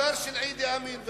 משטר של אידי אמין,